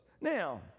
Now